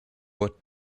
what